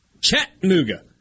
Chattanooga